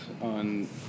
on